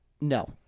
no